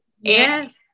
Yes